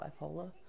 bipolar